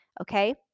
okay